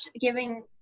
giving